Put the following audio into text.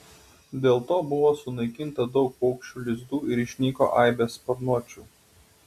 dėl to buvo sunaikinta daug paukščių lizdų ir išnyko aibės sparnuočių